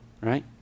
right